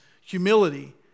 humility